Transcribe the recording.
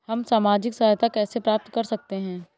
हम सामाजिक सहायता कैसे प्राप्त कर सकते हैं?